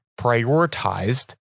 prioritized